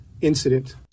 incident